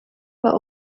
but